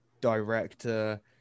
director